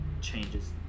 changes